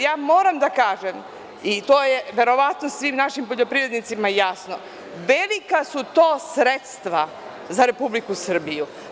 Ja moram da kažem i to je verovatno svim našim poljoprivrednicima jasno, velika su to sredstva za Republiku Srbiju.